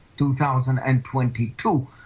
2022